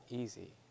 easy